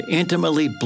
intimately